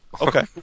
Okay